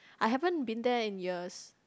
I haven't been there in years